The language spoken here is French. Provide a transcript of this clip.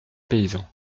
paysan